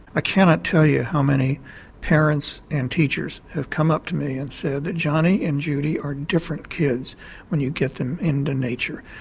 i cannot tell you how many parents and teachers have come up to me and said that johnny and judy are different kids when you get them into nature.